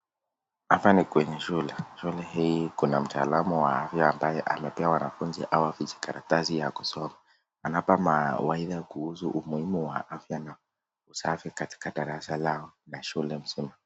Hapa ni kwenye shule. Shule hii kuna mtaalamu wa afya ambaye anapea wanafunzi hawa vijikaratasi ya kusoma. Anapa mawaidha kuhusu umuhimu wa afya na usafi katika darasa lao na shule mzima.